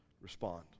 Respond